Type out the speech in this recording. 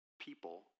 people